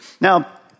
Now